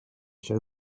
show